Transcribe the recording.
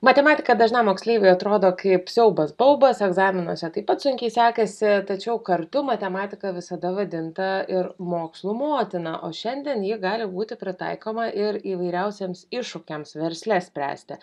matematika dažnam moksleiviui atrodo kaip siaubas baubas egzaminuose taip pat sunkiai sekasi tačiau kartu matematika visada vadinta ir mokslų motina o šiandien ji gali būti pritaikoma ir įvairiausiems iššūkiams versle spręsti